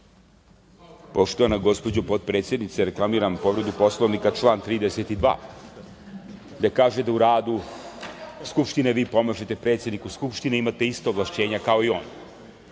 Poštovana gospođo potpredsednice, reklamiram povredu Poslovnika, član 32. gde se kaže da u radu Skupštine vi pomažete predsedniku Skupštine i imate ista ovlašćenja kao i